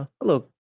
hello